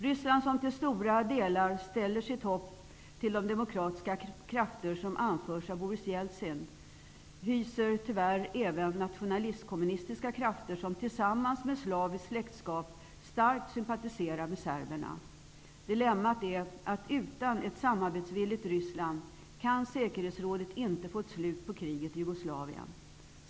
Ryssland, som till stora delar ställer sitt hopp till de demokratiska krafter som anförs av Boris Jeltsin, hyser tyvärr även nationalist-kommunistiska krafter -- och här inverkar även slaviskt släktskap -- som starkt sympatiserar med serberna. Dilemmat är att utan ett samarbetsvilligt Ryssland kan säkerhetsrådet inte få ett slut på kriget i Jugoslavien.